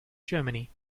germany